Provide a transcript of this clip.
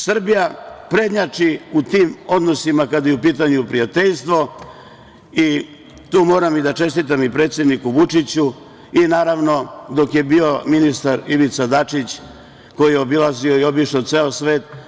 Srbija prednjači u tim odnosima kada je u pitanju prijateljstvo i tu moram da čestitam predsedniku Vučiću i dok je bio ministar Ivica Dačić, koji je obilazio i obišao ceo svet.